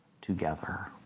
together